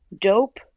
Dope